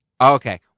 Okay